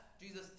Jesus